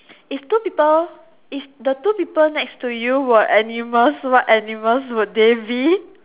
if two people if the two people next to you were animals what animals would they be